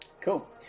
Cool